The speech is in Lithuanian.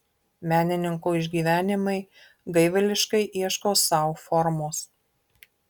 menininko išgyvenimai gaivališkai ieško sau formos